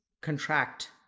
contract